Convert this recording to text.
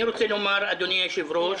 אני רוצה לומר, אדוני היושב-ראש,